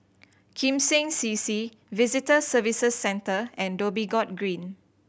Kim Seng C C Visitor Services Centre and Dhoby Ghaut Green